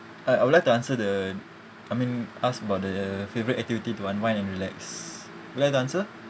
uh I would like to answer the I mean ask about the favourite activity to unwind and relax would you like to answer